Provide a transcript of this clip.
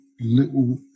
little